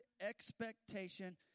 expectation